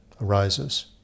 arises